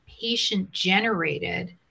patient-generated